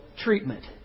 treatment